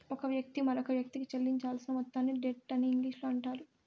ఒక వ్యక్తి మరొకవ్యక్తికి చెల్లించాల్సిన మొత్తాన్ని డెట్ అని ఇంగ్లీషులో అంటారు